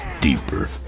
deeper